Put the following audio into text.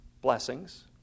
blessings